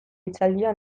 hitzaldia